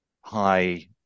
high